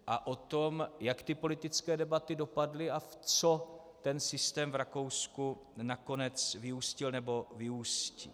A o tom, jak ty politické debaty dopadly a v co ten systém v Rakousku nakonec vyústil nebo vyústí.